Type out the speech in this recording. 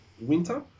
winter